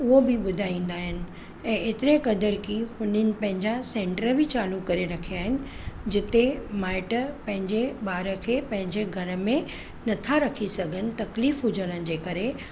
उहो बि ॿुधाईंदा आहिनि ऐं एतिरे क़द्रु की हुननि पंहिंजा सेंटर बि चालू करे रखिया आहिनि जिते माइटि पंहिंजे ॿार खे पंहिंजे घर में नथा रखी सघनि तकलीफ़ हुजण जे करे